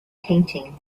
painting